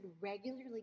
regularly